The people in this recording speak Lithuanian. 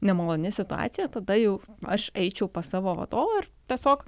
nemaloni situacija tada jau aš eičiau pas savo vadovą ir tiesiog